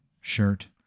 shirt